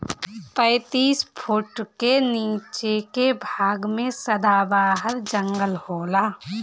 पैतीस फुट के नीचे के भाग में सदाबहार जंगल होला